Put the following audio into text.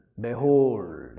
behold